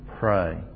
pray